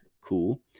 Cool